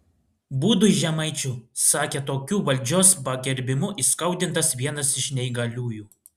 būdui žemaičių sakė tokiu valdžios pagerbimu įskaudintas vienas iš neįgaliųjų